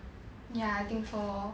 ya I think so lor